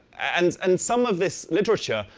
and and some of this literature,